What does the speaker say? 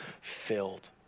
filled